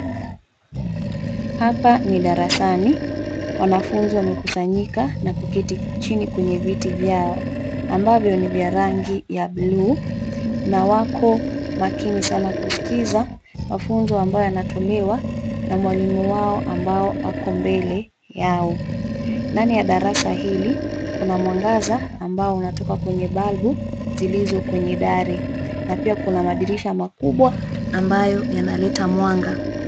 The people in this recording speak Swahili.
Hapa ni darasani wanafunzi wamekusanyika na kuketi chini kwenye viti vyao, ambavyo ni vya rangi ya bluu, na wako makini sana kusikiza mafunzo ambayo yanatolewa na mwalimu wao ambao ako mbele yao, ndani ya darasa hili kuna mwangaza ambao unatoka kwenye balbu zilizo kwenye dari na pia kuna madirisha makubwa ambayo yanaleta mwanga.